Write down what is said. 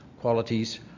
qualities